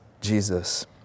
Jesus